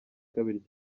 kabiri